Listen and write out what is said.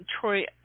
Troy